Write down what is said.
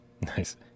Nice